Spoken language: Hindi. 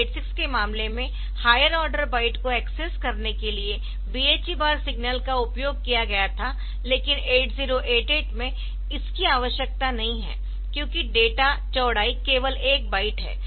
8086 के मामले में हायर ऑर्डर बाइट को एक्सेस करने के लिए BHE बार सिग्नल का उपयोग किया गया था लेकिन 8088 में इसकी आवश्यकता नहीं है क्योंकि डेटा चौड़ाई केवल एक बाइट है